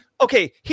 okay